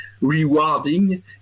rewarding